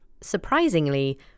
Surprisingly